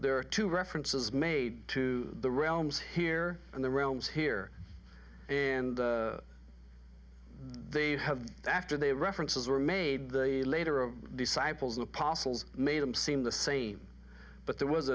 there are two references made to the realms here and the realms here and they have after they references were made the later of disciples the apostles made him seem the same but there was